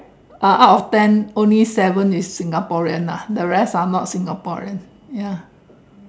uh out of ten only seven is Singaporean ah the rest are not Singaporean ya